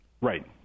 Right